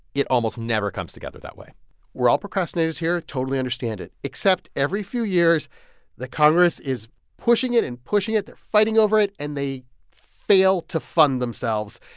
it almost never comes together that way we're all procrastinators here. totally understand it. except every few years that congress is pushing it and pushing it they're fighting over it, and they fail to fund themselves.